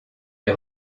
les